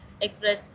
express